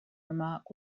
remark